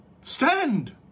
Stand